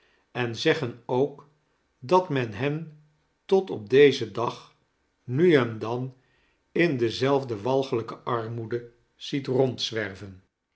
en zeggen ook dat men hen tot op dezen dag nu en dan in dezelfde walgehjke armoede ziet